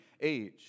age